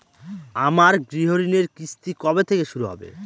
আমার গৃহঋণের কিস্তি কবে থেকে শুরু হবে?